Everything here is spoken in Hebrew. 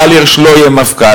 גל הירש לא יהיה מפכ"ל,